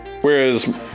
Whereas